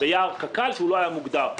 ביער קק"ל שלא היה מוגדר.